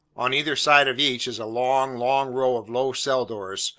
on either side of each, is a long, long row of low cell doors,